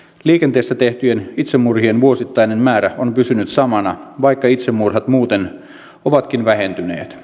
liikenteessä tehtyjen itsemurhien vuosittainen määrä on pysynyt samana vaikka itsemurhat muuten ovatkin vähentyneet